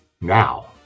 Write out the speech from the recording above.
Now